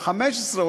או 15,